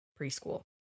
preschool